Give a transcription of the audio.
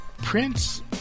Prince